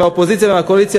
מהאופוזיציה ומהקואליציה,